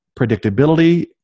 predictability